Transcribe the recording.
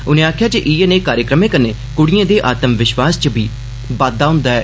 उनें आक्खेआ जे इय्यै नेह् कार्यक्रमे कन्नै कुडिएं दे आत्म विश्वास च बी बाद्दा हुन्दा ऐ